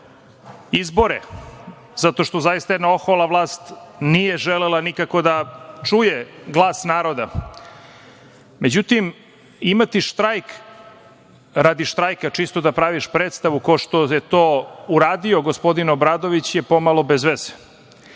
izbore, zato što zaista jedna ohola vlast nije želela nikako da čuje glas naroda.Međutim, imati štrajk radi štrajka, čisto da praviš predstavu kao što je to uradio gospodin Obradović je pomalo bezveze.